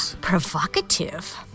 Provocative